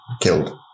killed